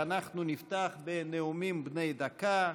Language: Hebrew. אנחנו נפתח בנאומים בני דקה,